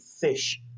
fish